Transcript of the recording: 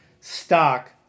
stock